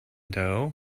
doe